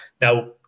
now